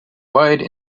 wide